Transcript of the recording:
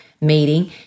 meeting